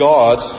God